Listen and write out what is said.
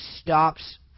stops